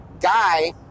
guy